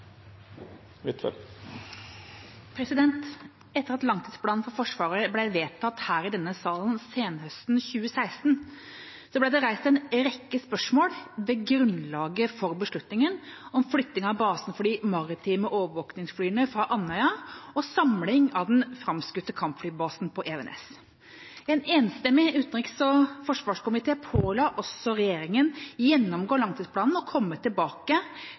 Etter at langtidsplanen for Forsvaret ble vedtatt her i denne salen senhøstes 2016, ble det reist en rekke spørsmål ved grunnlaget for beslutningen om flytting av basen for de maritime overvåkningsflyene fra Andøya og samling av den framskutte kampflybasen på Evenes. En enstemmig utenriks- og forsvarskomité påla også regjeringa å gjennomgå langtidsplanen og komme tilbake